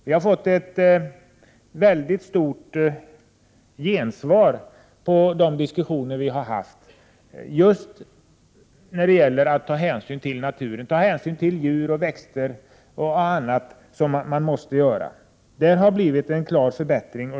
Vi har fått ett stort gensvar på de diskussioner vi har haft just när det gäller att ta hänsyn till naturen, till djur och växter, som man måste göra. Där har det blivit en klar förbättring.